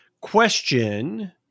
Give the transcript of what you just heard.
Question